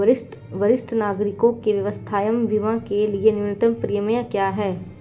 वरिष्ठ नागरिकों के स्वास्थ्य बीमा के लिए न्यूनतम प्रीमियम क्या है?